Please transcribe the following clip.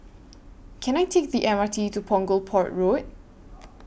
Can I Take The M R T to Punggol Port Road